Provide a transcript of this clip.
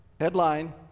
Headline